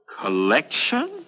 Collection